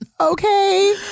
okay